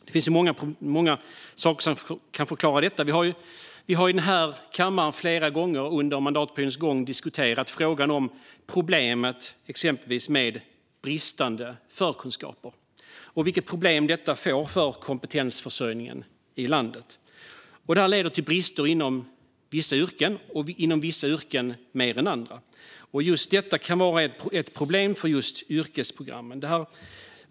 Det finns många saker som kan förklara detta. Vi har här i kammaren flera gånger under mandatperioden diskuterat frågan om exempelvis bristande förkunskaper och vilka problem det skapar för kompetensförsörjningen i landet. Det leder till brister inom vissa yrken, där en del har mer brister än andra. Detta kan vara ett problem för just yrkesprogrammen.